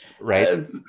Right